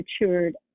matured